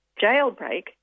Jailbreak